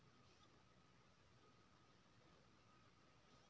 हुंडी मध्य एशियाक लोक बेसी प्रयोग करैत रहय